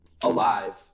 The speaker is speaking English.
alive